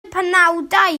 penawdau